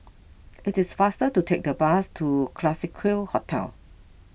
it is faster to take the bus to Classique Hotel